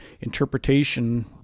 interpretation